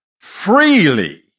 freely